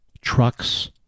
trucks